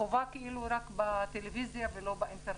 החובה רק בטלוויזיה ולא באינטרנט.